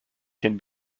can